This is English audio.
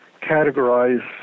categorize